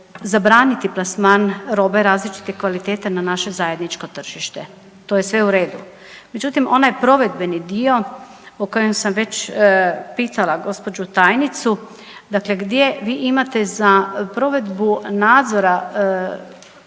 zabraniti plasman robe različite kvalitete na naše zajedničko tržište. To je sve u redu, međutim onaj provedbeni dio o kojem sam već pitala gospođu tajnicu dakle gdje vi imate za provedbu nadzora